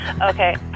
Okay